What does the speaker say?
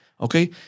Okay